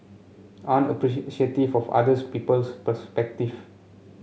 aren't appreciative of other people's perspective